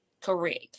Correct